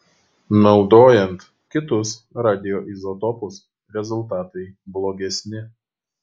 naudojant kitus radioizotopus rezultatai blogesni